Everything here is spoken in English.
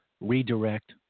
redirect